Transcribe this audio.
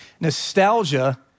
Nostalgia